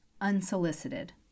unsolicited